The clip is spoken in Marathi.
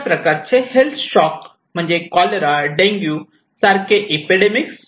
दुसऱ्या प्रकारचे हेल्थ शॉक म्हणजे कॉलरा डेंग्यू सारखे एपिडेमिक्स